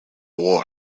war